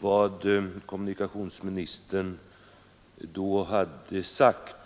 vad kommunikationsministern då hade sagt.